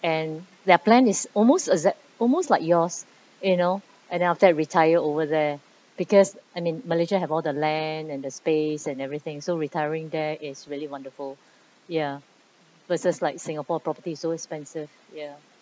and their plan is almost exa~ almost like yours you know and then after that retire over there because I mean malaysia have all the land and the space and everything so retiring there is really wonderful ya versus like singapore property so expensive ya